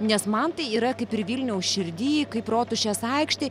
nes man tai yra kaip ir vilniaus širdy kaip rotušės aikštėj